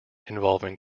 involving